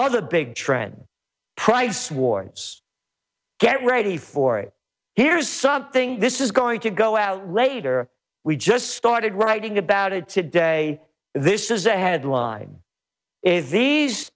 other big trends price warns get ready for it here is something this is going to go out later we just started writing about it today this is the headline is